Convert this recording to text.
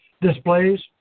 displays